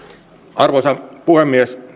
arvoisa puhemies